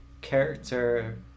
character